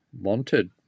wanted